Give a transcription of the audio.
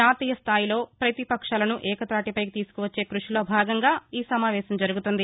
జాతీయస్టాయిలో పతిపక్షాలను ఏకతాటిపైకి తీసుకువచ్చే కృషిలో భాగంగా ఈ సమావేశం జరుగుతోంది